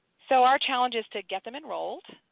so our challenge is to get them enrolled,